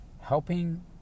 helping